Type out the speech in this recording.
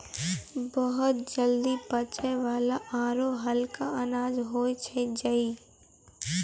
बहुत जल्दी पचै वाला आरो हल्का अनाज होय छै जई